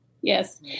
yes